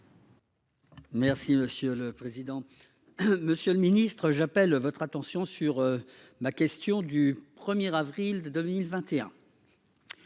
Merci monsieur le président. Monsieur le Ministre, j'appelle votre attention sur ma question du premier avril 2021.